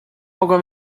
mogła